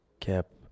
kept